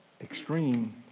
extreme